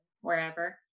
wherever